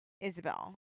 Isabel